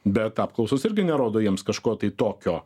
bet apklausos irgi nerodo jiems kažko tai tokio